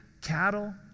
cattle